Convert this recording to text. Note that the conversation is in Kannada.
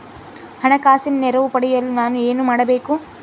ಹಣಕಾಸಿನ ನೆರವು ಪಡೆಯಲು ನಾನು ಏನು ಮಾಡಬೇಕು?